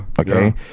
Okay